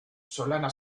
solana